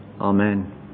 Amen